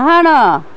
ଡାହାଣ